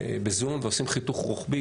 בזום ועושים חיתוך רוחבי,